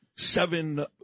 Seven